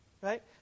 right